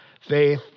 faith